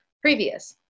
previous